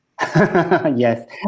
Yes